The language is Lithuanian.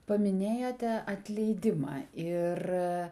paminėjote atleidimą ir